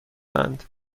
اند